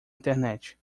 internet